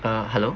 uh hello